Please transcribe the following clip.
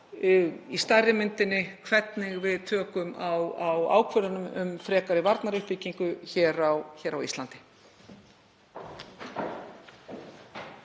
í stærri myndinni, hvernig við tökum á ákvörðunum um frekari varnaruppbyggingu hér á Íslandi.